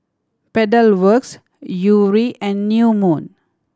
Pedal Works Yuri and New Moon